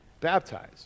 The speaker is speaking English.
baptized